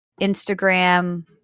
Instagram